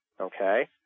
okay